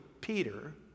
Peter